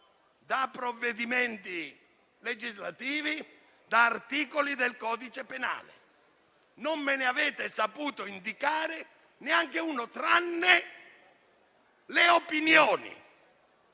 da provvedimenti legislativi e da articoli del codice penale; non me ne avete saputo indicare neanche uno, tranne per opinioni.